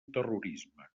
terrorisme